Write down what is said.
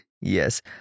Yes